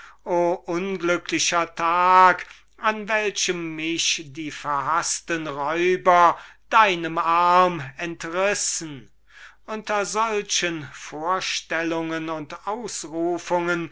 unglücklicher tag an dem mich die verhaßten räuber deinem arm entrissen unter solchen vorstellungen und ausrufungen